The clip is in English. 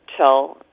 till